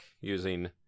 using